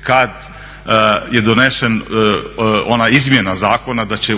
kad je donesena ona izmjena zakona da će